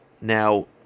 Now